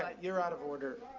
ah you're out of order.